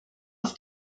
auf